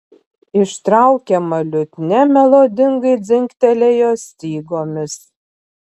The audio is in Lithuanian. ištraukiama liutnia melodingai dzingtelėjo stygomis